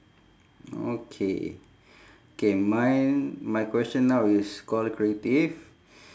okay K mine my question now is call creative